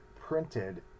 printed